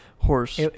Horse